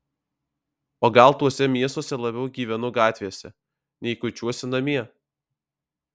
o gal tuose miestuose labiau gyvenu gatvėse nei kuičiuosi namie